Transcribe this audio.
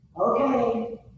Okay